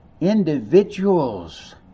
individuals